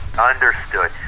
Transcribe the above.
understood